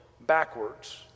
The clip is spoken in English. backwards